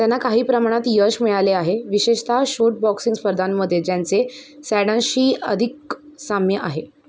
त्यांना काही प्रमाणात यश मिळाले आहे विशेषतः शूट बॉक्सिंग स्पर्धांमध्ये ज्यांचे सॅडांशी अधिक साम्य आहे